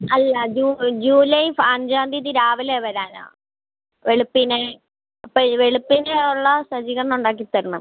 അല്ല ജൂ ജൂലൈ പ അഞ്ചാം തീയതി രാവിലെ വരാനാണ് വെളുപ്പിന് അപ്പം വെളുപ്പിനുള്ള സജ്ജീകരണം ഉണ്ടാക്കി തരണം